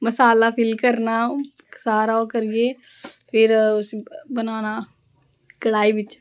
मसाला fill करना सारा करिये फिर उसी बनाना कढ़ाई बिच